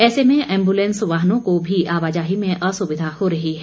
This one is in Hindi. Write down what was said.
ऐसे में एम्बुलेंस वाहनों को भी आवाजाही में असुविधा हो रही है